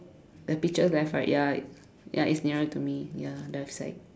the picture left right ya ya it's nearer to me ya left side